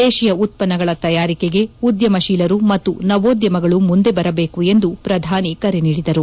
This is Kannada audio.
ದೇಶೀಯ ಉತ್ಪನ್ನಗಳ ತಯಾರಿಕೆಗೆ ಉದ್ಯಮಶೀಲರು ಮತ್ತು ನವೋದ್ಯಮಗಳು ಮುಂದೆ ಬರಬೇಕು ಎಂದು ಪ್ರಧಾನಿ ಕರೆ ನೀಡಿದರು